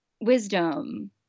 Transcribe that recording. wisdom